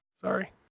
Sorry